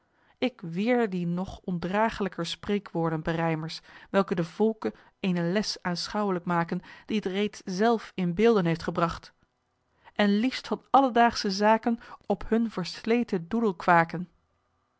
ik weer die nog ondragelijker spreekwoorden berijmers welke den volke eene les aanschouwelijk maken die het reeds zelf in beelden heeft gebragt en liefst van alledaagsche zaken op hun versleten doedel kwaken